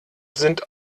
sind